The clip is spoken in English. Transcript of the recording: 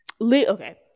okay